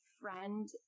friend